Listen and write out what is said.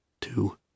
two